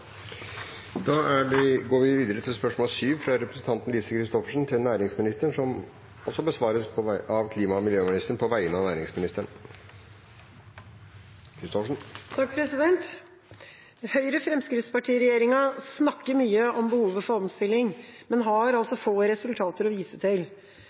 fra representanten Lise Christoffersen til næringsministeren, vil bli besvart av klima- og miljøministeren på vegne av næringsministeren, som er bortreist. «Høyre-Fremskrittsparti-regjeringa snakker mye om behov for omstilling, men har få resultater å vise til.